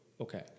okay